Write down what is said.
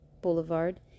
Boulevard